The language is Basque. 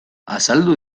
azaldu